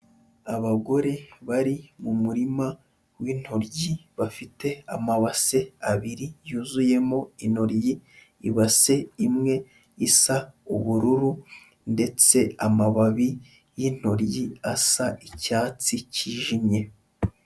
Abagore bari mu murima w'intoryi bafite amabase abiri yuzuyemo intoryi, ibase imwe isa ubururu ndetse amababi y'intoryi asa icyatsi cyijimye.